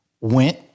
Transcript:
went